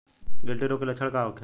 गिल्टी रोग के लक्षण का होखे?